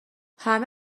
همه